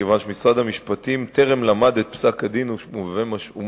כיוון שמשרד המשפטים טרם למד את פסק-הדין ומשמעויותיו.